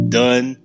done